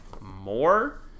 more